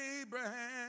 Abraham